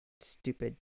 stupid